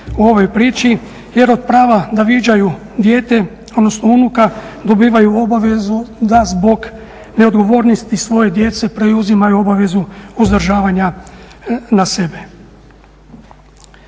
u ovoj priči jer od prava da viđaju dijete odnosno unuka dobivaju obavezu da zbog neodgovornosti svoje djece preuzimaju obavezu uzdržavanja na sebe.